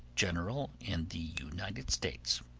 general in the united states.